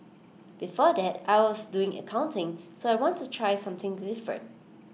before that I was doing accounting so I want to try something different